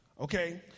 Okay